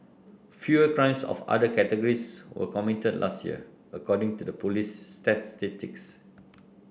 fewer crimes of other categories were committed last year according to the police's statistics